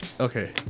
Okay